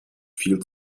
viel